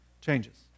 changes